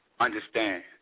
Understand